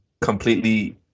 completely